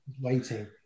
waiting